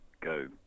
go